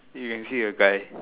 you can see a guy